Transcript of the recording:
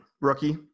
rookie